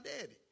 daddy